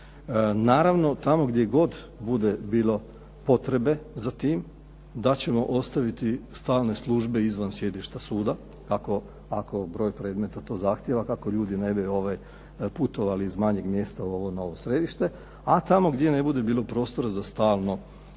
Naravno tamo gdje god bude bilo potrebe za tim da ćemo ostaviti stalne službe izvan sjedišta suda, ako broj predmeta to zahtijeva, kako ljudi ne bi putovali iz manjeg mjesta u ovo novo središte, a tamo gdje ne bude bilo prostora za stalno